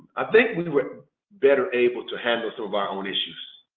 ah think we were better able to handle some of our own issues.